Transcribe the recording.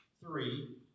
three